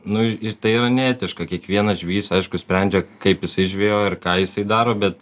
nu tai yra ne etiška kiekvienas žvejys aišku sprendžia kaip jisai žvejoja ir ką jisai daro bet